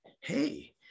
hey